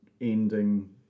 ending